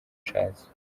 nshatse